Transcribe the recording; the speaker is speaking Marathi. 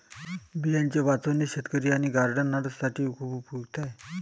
बियांचे वाचवणे शेतकरी आणि गार्डनर्स साठी खूप उपयुक्त आहे